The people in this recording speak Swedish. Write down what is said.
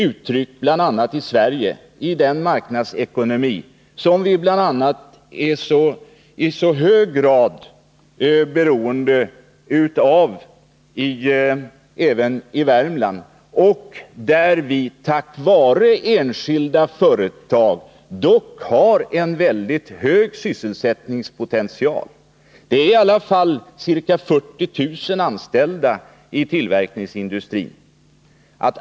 Här har vi en marknadsekonomi, som vi i hög grad är beroende av även i Värmland, där vi tack vare enskilda företag dock har en mycket hög sysselsättningspotential. Det finns i alla fall ca 40 000 anställda i tillverkningsindustrin i länet.